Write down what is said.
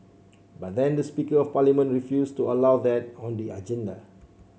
but then the speaker of parliament refused to allow that on the agenda